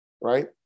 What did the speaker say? right